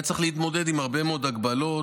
היה צריך להתמודד עם הרבה מאוד הגבלות,